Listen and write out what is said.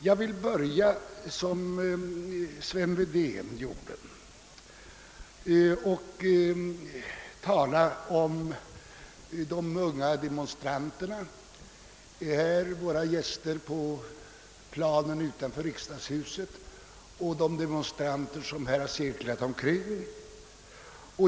Jag vill börja som Sven Wedén gjorde och tala om de unga demonstranterna här — våra gäster på planen utanför riksdagshuset och de demonstranter som har cirklat omkring.